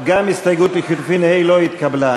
קבוצת סיעת הרשימה המשותפת וקבוצת סיעת יש עתיד לשם החוק לא נתקבלה.